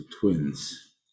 twins